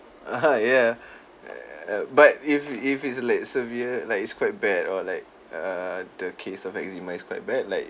(uh huh) yeah err but if if it's like severe like it's quite bad or like err the case of eczema is quite bad like